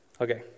Okay